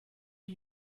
are